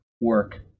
work